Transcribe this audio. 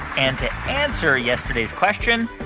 and to answer yesterday's question,